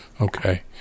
Okay